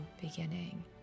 beginning